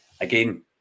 again